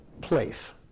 place